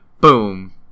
boom